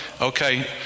Okay